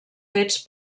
fets